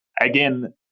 Again